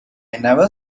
never